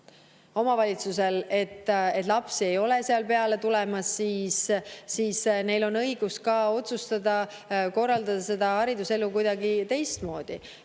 omavalitsus näeb, et lapsi ei ole seal peale tulemas, siis neil on õigus otsustada, et korraldada seda hariduselu kuidagi teistmoodi.